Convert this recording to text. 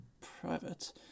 private